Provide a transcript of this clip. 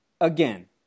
again